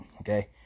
okay